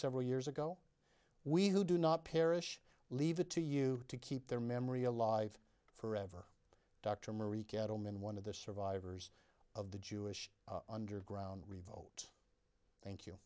several years ago we who do not perish leave it to you to keep their memory alive forever dr marie cattlemen one of the survivors of the jewish underground revolt thank you